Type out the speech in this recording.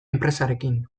enpresarekin